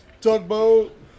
Tugboat